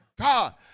God